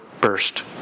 burst